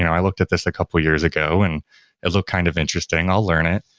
i looked at this a couple years ago and it looked kind of interesting. i'll learn it.